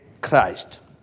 Christ